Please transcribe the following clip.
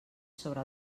sobre